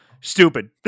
stupid